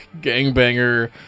gangbanger